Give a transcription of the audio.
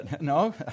no